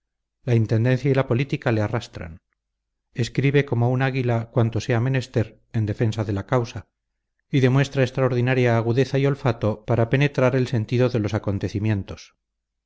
la intendencia y la política le arrastran escribe como un águila cuanto sea menester en defensa de la causa y demuestra extraordinaria agudeza y olfato para penetrar el sentido de los acontecimientos